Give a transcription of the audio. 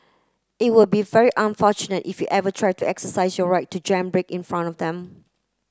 it will be very unfortunate if you ever try to exercise your right to jam brake in front of him